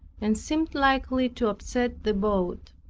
and seemed likely to upset the boat.